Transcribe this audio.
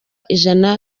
ijana